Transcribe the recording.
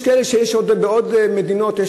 יש חוקים בעוד מדינות,